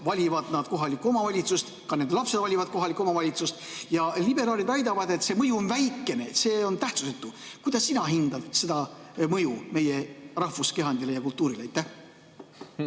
valivad nad kohalikku omavalitsust ja ka nende lapsed valivad kohalikku omavalitsust. Liberaalid väidavad, et see mõju on väikene, see on tähtsusetu. Kuidas sina hindad seda mõju meie rahvuskehandile ja kultuurile?